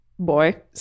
Boy